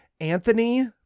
Anthony